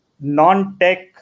non-tech